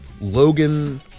Logan